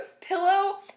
pillow